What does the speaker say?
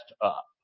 up